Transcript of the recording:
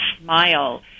smile